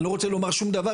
אני לא רוצה לומר שום דבר,